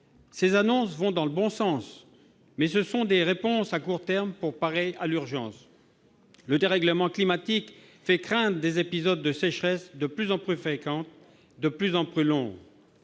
Ces annonces vont dans le bon sens, mais elles constituent des réponses de court terme pour parer à l'urgence. Le dérèglement climatique fait craindre des épisodes de sécheresse de plus en plus fréquents et de plus en plus longs.